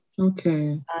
Okay